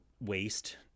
waste